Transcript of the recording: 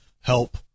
help